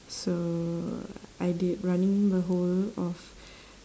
so I did running the whole of